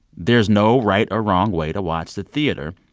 there's no right or wrong way to watch the theater.